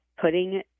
putting